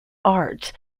arts